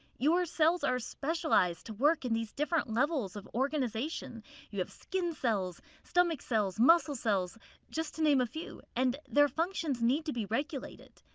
your cells are specialized to work in these different levels of organization you have skin cells, stomach cells, muscle cells just to name a few and their functions need to be regulated.